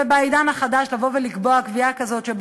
ובעידן החדש לקבוע קביעה כזאת,